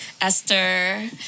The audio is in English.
Esther